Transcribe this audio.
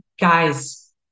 guys